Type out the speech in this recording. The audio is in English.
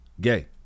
gay